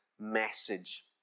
message